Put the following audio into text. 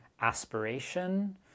aspiration